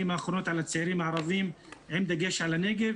האחרונות על הצעירים הערבים עם דגש עם הנגב.